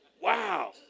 Wow